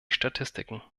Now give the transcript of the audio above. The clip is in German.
statistiken